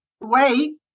Wait